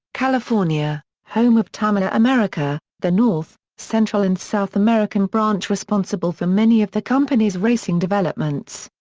california, home of tamiya america, the north, central and south american branch responsible for many of the company's racing developments.